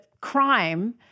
crime